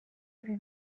ibi